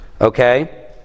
okay